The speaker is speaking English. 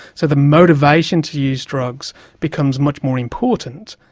so the motivation to use drugs becomes much more important.